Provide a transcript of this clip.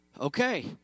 Okay